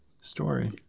story